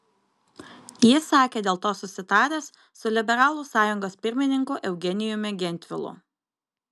jis sakė dėl to susitaręs su liberalų sąjungos pirmininku eugenijumi gentvilu